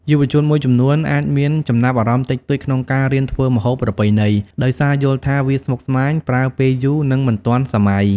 យុវជនមួយចំនួនអាចមានចំណាប់អារម្មណ៍តិចតួចក្នុងការរៀនធ្វើម្ហូបប្រពៃណី ដោយសារយល់ថាវាស្មុគស្មាញ ប្រើពេលយូរ ឬមិនទាន់សម័យ។